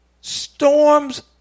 storms